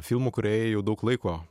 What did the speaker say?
filmų kūrėjai jau daug laiko